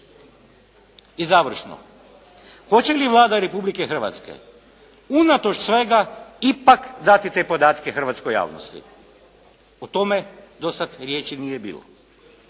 I završno. Hoće li Vlada Republike Hrvatske unatoč svega ipak dati te podatke hrvatskoj javnosti? O tome do sada riječi nije bilo.